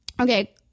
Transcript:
Okay